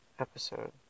episode